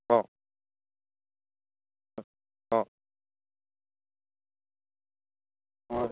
অঁ হয়